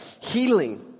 Healing